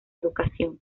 educación